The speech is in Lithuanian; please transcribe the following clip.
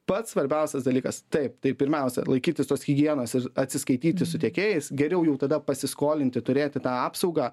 pats svarbiausias dalykas taip tai pirmiausia laikytis tos higienos ir atsiskaityti su tiekėjais geriau jau tada pasiskolinti turėti tą apsaugą